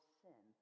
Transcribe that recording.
sin